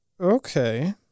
Okay